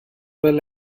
well